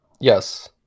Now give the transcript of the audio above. Yes